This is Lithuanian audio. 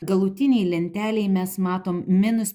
galutinėj lentelėj mes matom minus